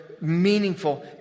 meaningful